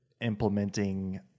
implementing